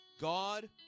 God